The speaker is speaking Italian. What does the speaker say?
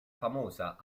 famosa